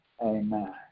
Amen